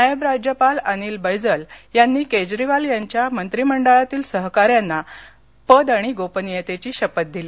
नायब राज्यपाल अनिल बैजल यांनी केजरीवाल आणि त्यांच्या मत्रिमंडळातील सहकाऱ्यांना पद आणि गोपनियतेची शपथ दिली